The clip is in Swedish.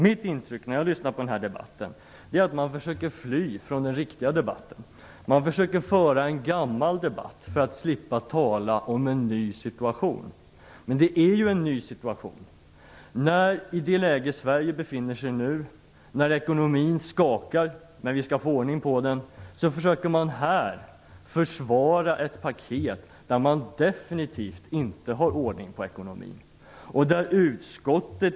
Mitt intryck när jag lyssnar på debatten är att man försöker fly från den riktiga debatten. Man försöker föra en gammal debatt för att slippa tala om en ny situation, men det är ju en ny situation. I det läge Sverige nu befinner sig där vi skall försöka få ordning på en ekonomi som skakar, försöker man här försvara ett paket där det definitivt inte är ordning på ekonomin.